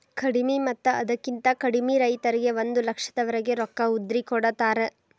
ಕಡಿಮಿ ಮತ್ತ ಅದಕ್ಕಿಂತ ಕಡಿಮೆ ರೈತರಿಗೆ ಒಂದ ಲಕ್ಷದವರೆಗೆ ರೊಕ್ಕ ಉದ್ರಿ ಕೊಡತಾರ